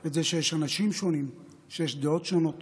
את זה שיש אנשים שונים, שיש דעות שונות